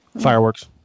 fireworks